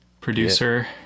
producer